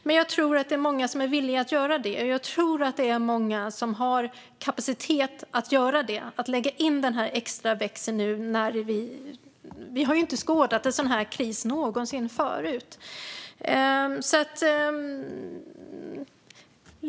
Men jag tror att det är många som är villiga att göra det, och jag tror också att det är många som har kapacitet att göra det, att lägga in den här extra växeln. Vi har ju inte skådat en sådan här kris någonsin förut.